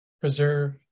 preserve